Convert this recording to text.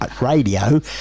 radio